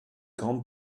grande